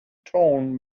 tone